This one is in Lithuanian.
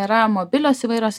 yra mobilios įvairios